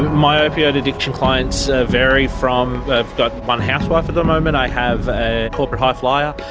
my opioid addiction clients vary from, i've got one housewife at the moment, i have a corporate highflier,